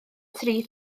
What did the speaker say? tri